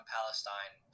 Palestine